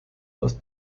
aus